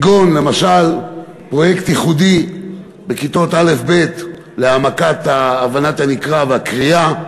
למשל פרויקט ייחודי בכיתות א'-ב' להעמקת הבנת הנקרא והקריאה,